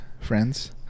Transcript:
friends